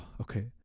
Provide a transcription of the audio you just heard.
okay